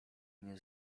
nie